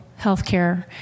healthcare